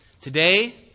Today